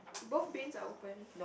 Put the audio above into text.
both bins are open